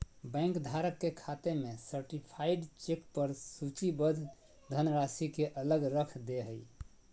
bank धारक के खाते में सर्टीफाइड चेक पर सूचीबद्ध धनराशि के अलग रख दे हइ